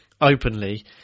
openly –